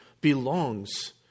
belongs